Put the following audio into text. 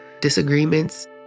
disagreements